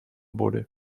body